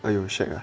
哎哟 shag ah